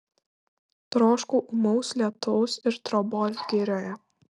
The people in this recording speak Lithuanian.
troškau ūmaus lietaus ir trobos girioje